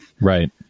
Right